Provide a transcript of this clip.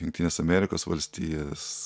jungtines amerikos valstijas